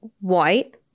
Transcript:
white